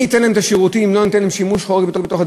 מי ייתן להם את השירותים אם לא ניתן להם שימוש חורג בדירות?